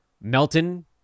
Melton